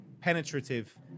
penetrative